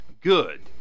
good